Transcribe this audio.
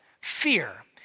fear